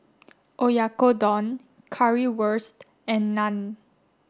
Oyakodon Currywurst and Naan